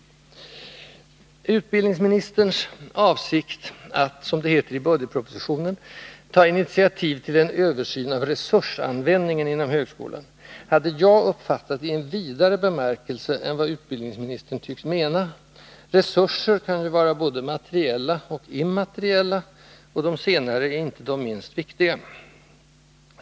Utbildningsministerns avsikt att — som det heter i budgetpropositionen — ”ta initiativ till en översyn av resursanvändningen inom högskolan” hade jag uppfattat i en vidare bemärkelse än vad utbildningsministern tycks mena — resurser kan ju vara både materiella och immateriella, och de senare är inte de minst viktiga.